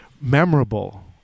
memorable